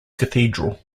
cathedral